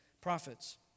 prophets